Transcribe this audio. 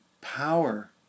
power